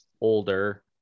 older